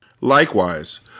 Likewise